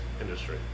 industry